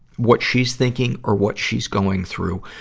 what she's thinking or what she's going through.